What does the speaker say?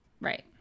right